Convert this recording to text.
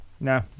No